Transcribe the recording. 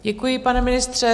Děkuji, pane ministře.